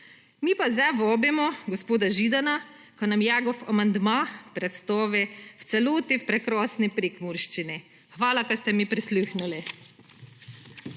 Mi pa zdaj vabimo gospoda Židana, ko nam njegov amandma predstavi v celoti v prekrasni prekmurščini. Hvala, ker ste mi prisluhnili.